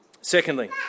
Secondly